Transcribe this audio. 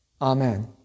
Amen